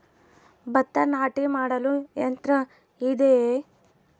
ಭತ್ತ ನಾಟಿ ಮಾಡಲು ಯಂತ್ರ ಇದೆಯೇ?